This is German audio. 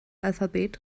alphabet